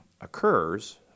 occurs